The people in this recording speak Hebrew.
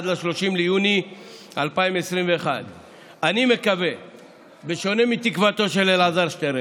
עד ל-30 ביוני 2021. בשונה מתקוותו של אלעזר שטרן,